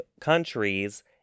countries